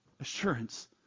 assurance